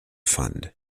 fund